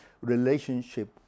relationship